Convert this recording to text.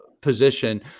position